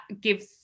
gives